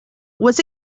was